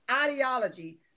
ideology